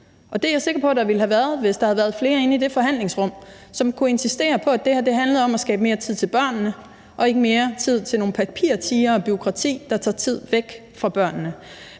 det er jeg sikker på der ville have været, hvis der havde været flere inde i det forhandlingsrum, som kunne have insisteret på, at det her handlede om at skabe mere tid til børnene og ikke mere tid til nogle papirtigre og til noget bureaukrati, der tager tid væk fra børnene.